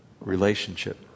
relationship